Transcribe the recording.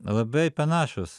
labai panašus